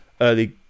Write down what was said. early